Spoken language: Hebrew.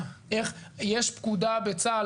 יש פקודה בצה"ל,